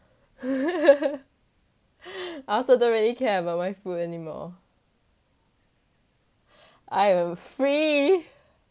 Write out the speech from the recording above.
I also don't really care about my food anymore I am free